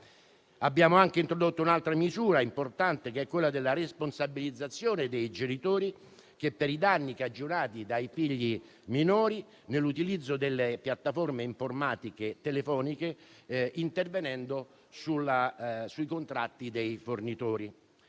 Abbiamo introdotto un'altra importante misura, quella della responsabilizzazione dei genitori per i danni cagionati dai figli minori nell'utilizzo delle piattaforme informatiche e telefoniche, intervenendo sui contratti dei fornitori.